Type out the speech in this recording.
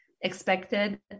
expected